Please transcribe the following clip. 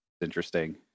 Interesting